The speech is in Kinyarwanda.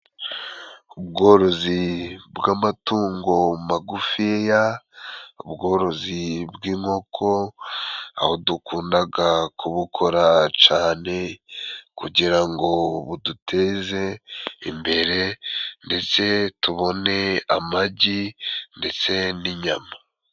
Ubworozi bw'amatungo magufiya, ubworozi bw'inkoko, aho dukundaga kubukora cane kugira ngo buduteze imbere, ndetse tubone amagi ndetse n'inyama.